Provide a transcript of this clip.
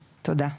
תודה.